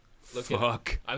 Fuck